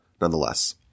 nonetheless